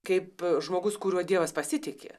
kaip žmogus kuriuo dievas pasitiki